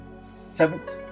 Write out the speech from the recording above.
Seventh